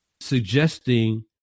suggesting